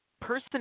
person